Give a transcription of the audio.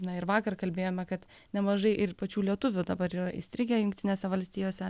na ir vakar kalbėjome kad nemažai ir pačių lietuvių dabar yra įstrigę jungtinėse valstijose